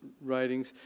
writings